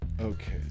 Okay